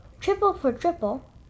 triple-for-triple